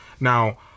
Now